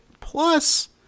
Plus